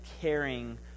caring